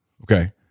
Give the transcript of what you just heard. Okay